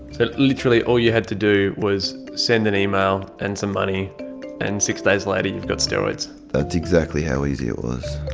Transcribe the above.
literally all you had to do was send an email and some money and six days later you've got steroids. that's exactly how easy it was.